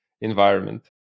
environment